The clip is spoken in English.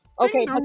Okay